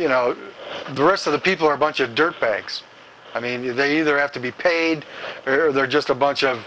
you know the rest of the people are a bunch of dirtbags i mean you they either have to be paid or they're just a bunch of